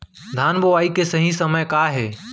धान बोआई के सही समय का हे?